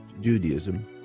Judaism